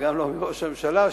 וגם לא מראש הממשלה,